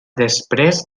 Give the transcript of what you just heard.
després